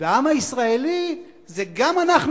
והעם הישראלי זה גם אנחנו,